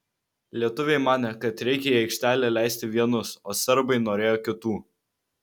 lietuviai manė kad reikia į aikštelę leisti vienus o serbai norėjo kitų